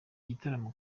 gitaramo